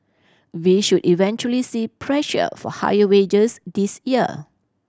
we should eventually see pressure for higher wages this year